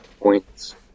points